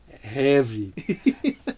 Heavy